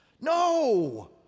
No